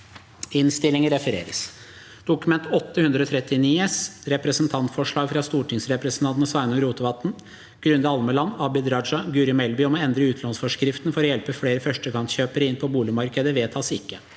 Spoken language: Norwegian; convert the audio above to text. (2023–2024) – Representantforslag fra stortingsrepresentantene Sveinung Rotevatn, Grunde Almeland, Abid Raja og Guri Melby om å endre utlånsforskriften for å hjelpe flere førstegangskjøpere inn på boligmarkedet – vedtas ikke.